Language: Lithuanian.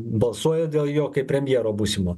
balsuoja dėl jo kaip premjero būsimo